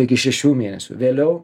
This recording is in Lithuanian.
iki šešių mėnesių vėliau